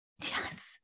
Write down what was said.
Yes